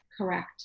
correct